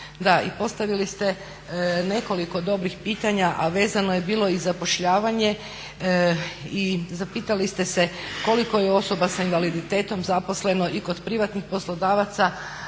Da, i postavili ste nekoliko dobrih pitanja, a vezano je bilo i zapošljavanje i zapitali ste se koliko je osoba sa invaliditetom zaposleno i kod privatnih poslodavaca?